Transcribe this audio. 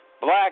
black